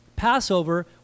Passover